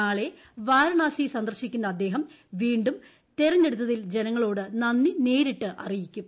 നാളെ വാരാണസി സന്ദർശിക്കുന്ന അദ്ദേഹം വീണ്ടും തെരഞ്ഞെടുത്തിൽ ജനങ്ങളോട് നന്ദി നേരിട്ട് അറിയിക്കും